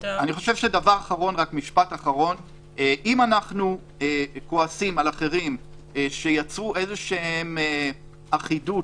אם אנחנו כועסים על אחרים שיצרו אחידות